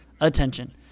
attention